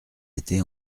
été